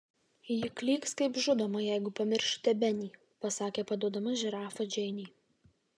ji klyks kaip žudoma jeigu pamiršite benį pasakė paduodama žirafą džeinei